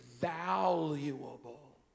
valuable